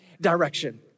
direction